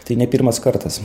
tai ne pirmas kartas